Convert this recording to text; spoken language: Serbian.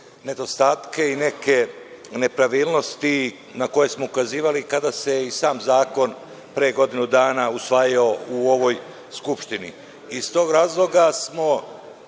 i neke nepravilnosti na koje smo ukazivali kada se i sam zakon pre godinu dana usvajao u ovoj Skupštini. Iz tog razloga smo